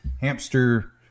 hamster